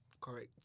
Correct